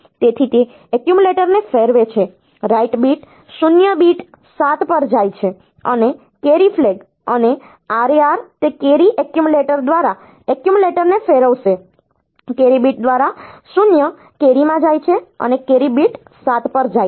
તેથી તે એક્યુમ્યુલેટરને ફેરવે છે રાઇટ બીટ 0 બીટ 7 પર જાય છે અને કેરી ફ્લેગ અને RAR તે કેરી એક્યુમ્યુલેટર દ્વારા એક્યુમ્યુલેટરને ફેરવશે કેરી બીટ દ્વારા 0 કેરીમાં જાય છે અને કેરી બીટ 7 પર જાય છે